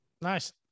Nice